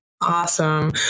Awesome